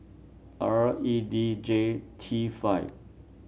R E D J T five